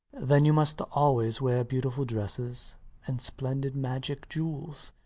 then you must always wear beautiful dresses and splendid magic jewels.